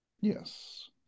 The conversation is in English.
yes